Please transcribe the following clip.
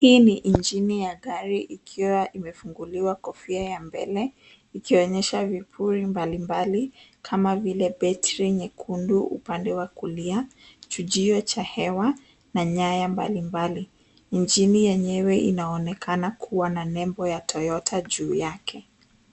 Hii ni injini ya gari ikiwa imefunguliwa kwa mbele ikiwa inaonyesha vifungu mbalimbali kama vile betri nyekundu upande wa kulia, chujio cha hewa na nyaya mbalimbali .Injini yenyewe inaonekana kuwa na nembo ya toyota juu yake.